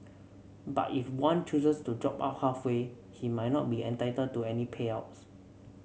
but if one chooses to drop out halfway he might not be entitled to any payouts